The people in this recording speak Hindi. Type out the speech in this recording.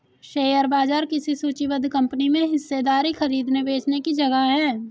शेयर बाजार किसी सूचीबद्ध कंपनी में हिस्सेदारी खरीदने बेचने की जगह है